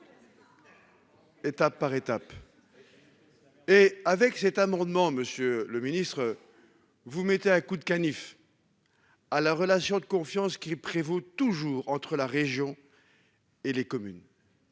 Étape par étape. Et avec cet amendement, Monsieur le Ministre. Vous mettez un coup de canif. À la relation de confiance qui prévaut toujours entre la région. Et les communes.